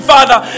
Father